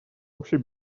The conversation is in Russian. общей